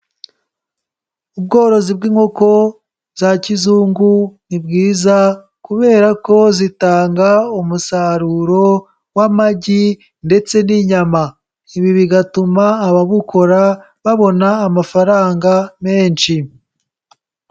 Ubworozi bw'inkoko za kizungu ni bwiza, kubera ko zitanga umusaruro w'amagi ndetse n'inyama, ibi bigatuma ababukora babona amafaranga menshi.